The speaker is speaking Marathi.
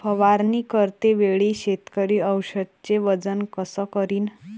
फवारणी करते वेळी शेतकरी औषधचे वजन कस करीन?